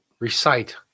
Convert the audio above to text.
recite